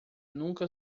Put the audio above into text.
nunca